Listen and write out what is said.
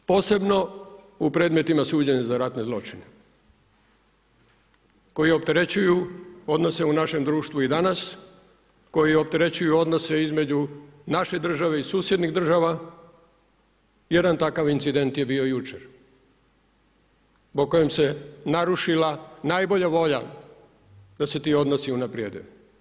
Posebno u predmetima suđenja za ratne zločine koji opterećuju odnose u našem društvu i danas, koji opterećuju odnose između naše države i susjednih država, jedan takav incident je bio jučer o kojem se narušila najbolja volja da se ti odnosi unaprijede.